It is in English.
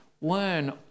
learn